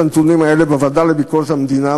הנתונים האלה בוועדה לביקורת המדינה,